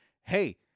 hey